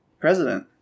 president